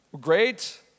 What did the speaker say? Great